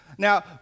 Now